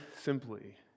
simply